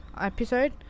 episode